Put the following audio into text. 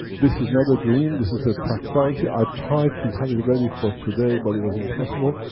this is not a dream, this is a practicality, i tried to have it ready for today but it was impossible.